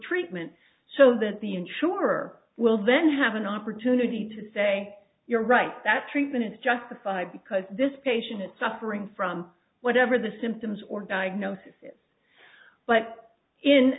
treatment so that the insurer will then have an opportunity to say you're right that treatment is justified because this patient is suffering from whatever the symptoms or diagnosis is but in